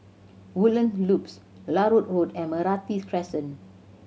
Woodlands Loop Larut Road and Meranti Crescent